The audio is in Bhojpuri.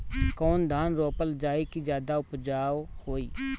कौन धान रोपल जाई कि ज्यादा उपजाव होई?